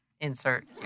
insert